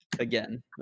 again